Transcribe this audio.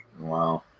Wow